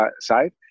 side